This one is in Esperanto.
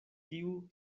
tiu